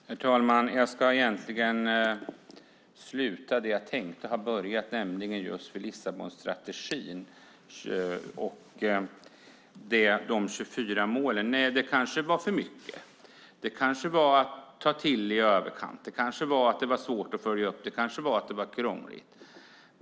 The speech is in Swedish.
Herr talman! Jag ska sluta med det jag tänkte börja med, nämligen just Lissabonstrategin och de 24 målen. Det kanske var för mycket. Det kanske var att ta till i överkant. Det kanske var svårt att följa upp. Det kanske var krångligt.